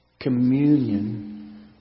communion